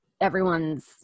everyone's